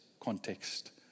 context